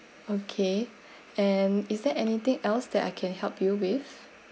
okay and is there anything else that I can help you with